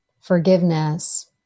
forgiveness